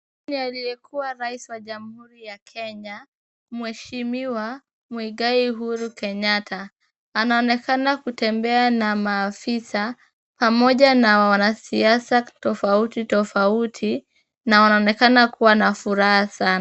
Huyu ni aliyekuwa rais wa jamhuri ya Kenya mheshimiwa Muigai Uhuru Kenyatta. Anaonekana kutembea na maafisa, pamoja na wanasiasa tofauti tofauti, na wanaonekana kuwa na furaha sana.